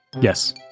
Yes